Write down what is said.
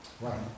Right